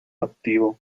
activo